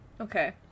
Okay